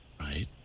Right